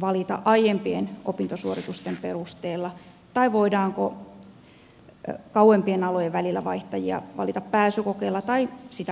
valita aiempien opintosuoritusten perusteella tai voidaanko kauempien alojen välillä vaihtajia valita pääsykokeella tai sitä vastaavalla menettelyllä